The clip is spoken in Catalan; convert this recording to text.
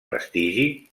prestigi